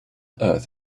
earth